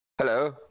hello